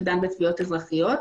שדן בתביעת אזרחיות,